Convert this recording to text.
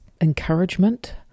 encouragement